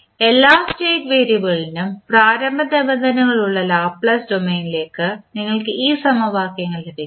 അതിനാൽ എല്ലാ സ്റ്റേറ്റ് വേരിയബിളിനും പ്രാരംഭ നിബന്ധനകളുള്ള ലാപ്ലേസ് ഡൊമെയ്നിൽ നിങ്ങൾക്ക് ഈ സമവാക്യങ്ങൾ ലഭിക്കും